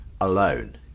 alone